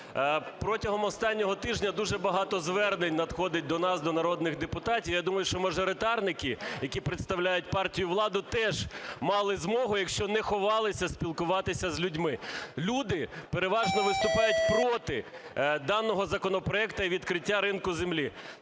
протягом останнього тижня дуже багато звернень надходить до нас, до народних депутатів. Я думаю, що мажоритарники, які представляють партію влади, теж мали змогу, якщо не ховалися спілкуватися з людьми. Люди переважно виступають проти даного законопроекту і відкриття ринку землі.